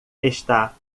está